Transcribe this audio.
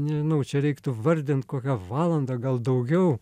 nežinau čia reiktų vardint kokią valandą gal daugiau